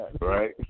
Right